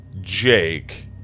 Jake